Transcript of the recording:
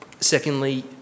Secondly